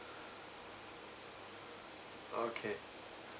okay